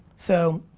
so,